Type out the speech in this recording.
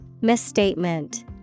Misstatement